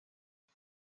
han